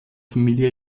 familie